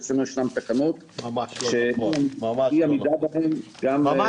אצלנו ישנן תקנות שאי עמידה בהן גם גוררת --- ממש לא נכון.